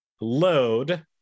load